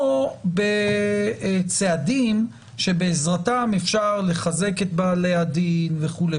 או בצעדים שבעזרתם אפשר לחזק את בעלי הדין וכו'.